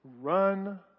run